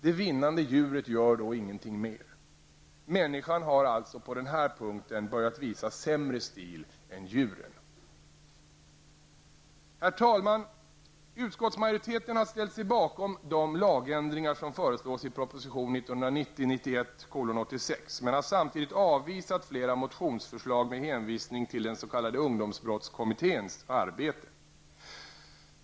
Det vinnande djuret gör då inte något mer. Människan har alltså på den här punkten börjat visa sämre stil än djuren. Herr talman! Utskottsmajoriteten har ställt sig bakom de lagändringar som föreslås i proposition 1990/91:86, men har samtidigt avvisat flera motionsförslag med hänvisning till den s.k. ungdomsbrottskommitténs arbete.